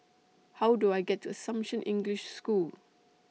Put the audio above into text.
How Do I get to Assumption English School